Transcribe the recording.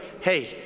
hey